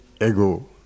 ego